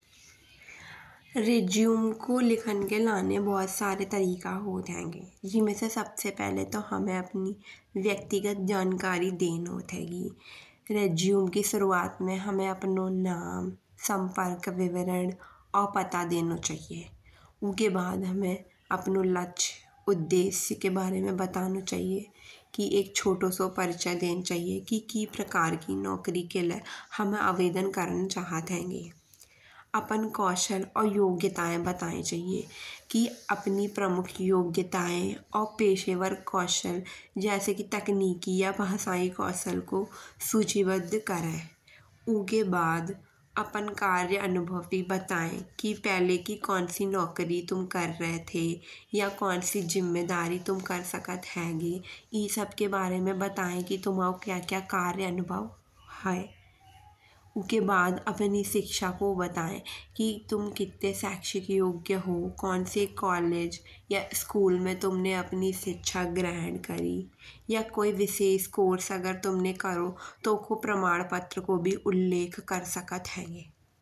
रेज़्यूमे को लिखन के लाने बहुत सारे तरीका होत हेंगें। जिमे तो सबसे पहले तो हामे अपनी व्यक्तिगत जानकारी देन होत हेगी। रेज़्यूमे की शुरुआत में हामे अपनो नाम, सम्पर्क विवरण और पता देनो चाहिए। उके बाद हामे अपनो लक्ष्य उद्देश्य के बारे में बतनो चाहिए। कि एक छोटो सो परिचय देन चाहिए कि कि नौकरी के लाने हामे आवेदन करन चाहत हेंगें। आपन कौशल और योग्यताएं बताए चाहिए। कि अपनी प्रमुख योग्यताएं और पेशेवर कौशल जैसे कि तकनीकी या भाषायी कौशल को सूचीबद्ध करें। उके बाद आपन कार्य अनुभव भी बताए कि पहले की कौनसी नौकरी तुम कर रहे थे। या कौनसी जिम्मेदारी तुम कर सकत हेंगें। ई सब के बारे में बताएं कि तुमाओ क्या क्या कार्य अनुभव है। एके बाद अपनी शिक्षा को बताएं कि तुम कित्ते शैक्षिक योग्य हो। कौनसे कॉलेज या स्कूल में तुमने अपनी शिक्षा ग्रहण करी। या कोई विशेष कोर्स अगर तुमने करो तो उको प्रमाणपत्र को भी उल्लेख तुम कर सकत हेंगें।